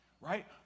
right